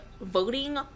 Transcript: voting